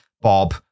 Bob